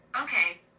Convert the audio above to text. Okay